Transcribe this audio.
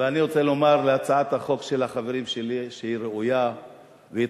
ואני רוצה לומר על הצעת החוק של החברים שלי שהיא ראויה וטובה.